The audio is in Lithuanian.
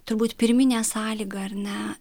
turbūt pirminė sąlyga ar ne